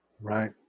Right